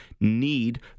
need